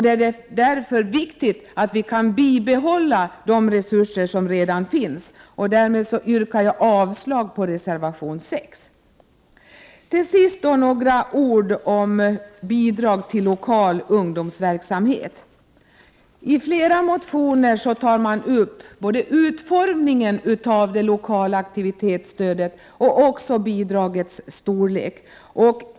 Det är därför viktig att vi kan bibehålla de resurser som redan finns. Därmed yrkar jag avslag på reservation 6. Till sist vill jag säga några ord om bidrag till lokal ungdomsverksamhet. I flera motioner tas utformningen av det lokala aktivitetsstödet och bidragets storlek upp.